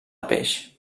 peix